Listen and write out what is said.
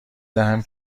دهم